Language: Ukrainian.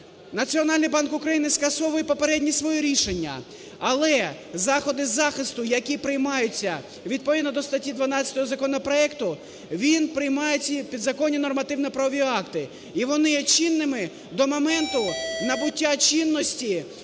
Національний банк України скасовує попередні свої рішення, але заходи захисту, які приймаються відповідно до статті 12 законопроекту, він приймає ці підзаконні нормативно-правові акти. І вони є чинними до моменту набуття чинності